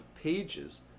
pages